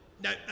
no